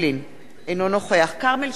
אינו נוכח כרמל שאמה-הכהן,